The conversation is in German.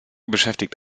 beschäftigt